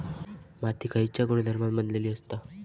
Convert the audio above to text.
माती खयच्या गुणधर्मान बनलेली असता?